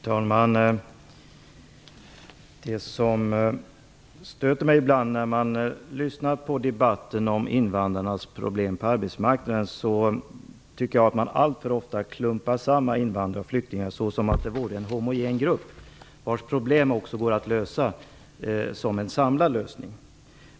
Fru talman! Det som stöter mig ibland när jag lyssnar på debatten om invandrarnas problem på arbetsmarknaden är att man alltför ofta klumpar samman invandrare och flyktingar som om de vore en homogen grupp vars problem går att lösa med en samlad lösning.